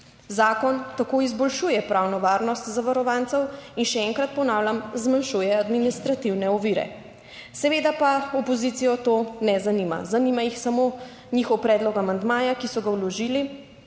Zakon tako izboljšuje pravno varnost zavarovancev in, še enkrat ponavljam, zmanjšuje administrativne ovire. Seveda pa opozicijo to ne zanima. Zanima jih samo njihov predlog amandmaja, ki so ga vložili